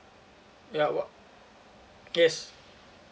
yeah what yes